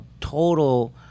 total